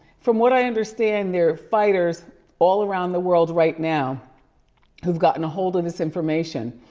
from what i understand, there are fighters all around the world right now who've gotten a hold of this information,